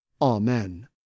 Amen